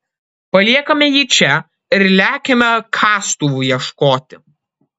paliekame jį čia ir lekiame kastuvų ieškoti